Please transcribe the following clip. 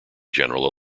general